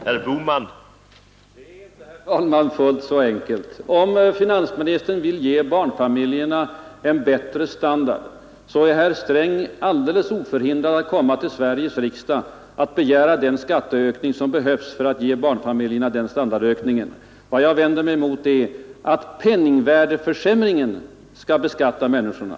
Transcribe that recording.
Herr talman! Det är inte fullt så enkelt. Om finansministern vill ge barnfamiljerna en bättre standard är herr Sträng alldeles oförhindrad att hos Sveriges riksdag begära den skatteökning som kan behövas för en sådan standardökning. Vad jag vänder mig emot är att penningvärdeförsämringen skall bestämma skattens storlek.